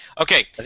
Okay